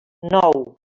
nou